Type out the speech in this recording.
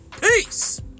Peace